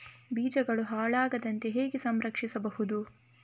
ಬೀಜಗಳು ಹಾಳಾಗದಂತೆ ಹೇಗೆ ಸಂರಕ್ಷಿಸಬಹುದು?